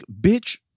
bitch